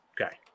Okay